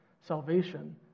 Salvation